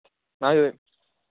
నాదిదే